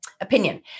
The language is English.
opinion